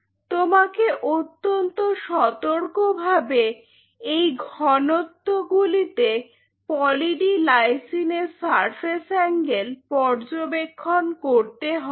তোমাকে অত্যন্ত সতর্কভাবে এই ঘনত্বগুলিতে পলি ডি লাইসিনের সারফেস অ্যাঙ্গেল পর্যবেক্ষণ করতে হবে